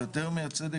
ויותר מן הצדק,